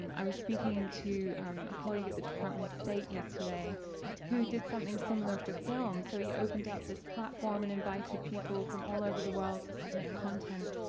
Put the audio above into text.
i was speaking to a colleague at the department of state yesterday who did something similar for film so he open up this platform and invited people from all over the world to submit content